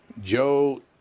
Joe